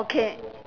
okay